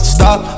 Stop